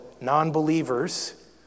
non-believers